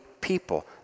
people